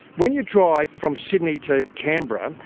when you drive from sydney to canberra,